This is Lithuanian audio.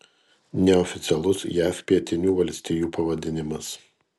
neoficialus jav pietinių valstijų pavadinimas